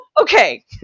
okay